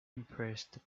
impressed